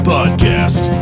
Podcast